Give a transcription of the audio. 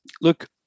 look